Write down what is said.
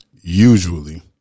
Usually